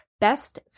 Best